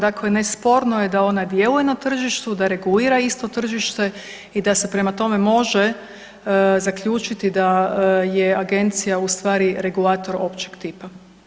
Dakle, nesporno je da ona djeluje na tržištu, da regulira isto tržište i da se prema tome može zaključiti da je agencija u stvari regulator općeg tipa.